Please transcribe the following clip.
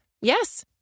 Yes